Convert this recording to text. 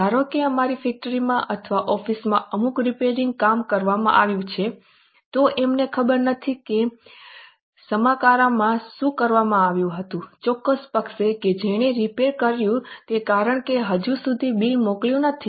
ધારો કે અમારી ફેક્ટરી માં અથવા ઑફિસમાં અમુક રિપેરિંગ કામ કરવામાં આવ્યું છે તો અમને ખબર નથી કે સમારકામમાં શું કરવામાં આવ્યું હતું ચોક્કસ પક્ષ કે જેણે રિપેર કર્યું છે કારણ કે હજુ સુધી બિલ મોકલ્યું નથી